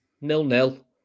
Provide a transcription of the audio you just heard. nil-nil